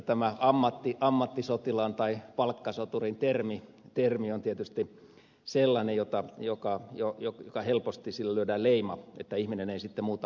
tämä ammattisotilaan tai palkkasoturin termi on tietysti sellainen jota joka on jo joku jolla helposti lyödään leima että ihminen ei sitten muuta osaakaan